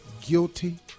guilty